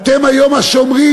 אתם היום השומרים,